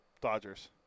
Dodgers